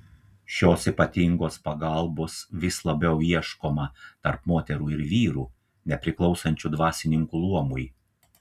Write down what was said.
šios ypatingos pagalbos vis labiau ieškoma tarp moterų ir vyrų nepriklausančių dvasininkų luomui